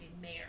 mayor